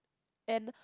and